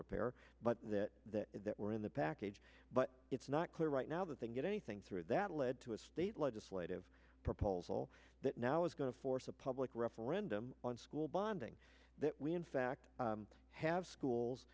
repair but that if that were in the package but it's not clear right now that they get anything through that led to a state legislative proposal that now is going to force a public referendum on school bonding that we in fact have schools